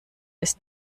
ist